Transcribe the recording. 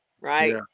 right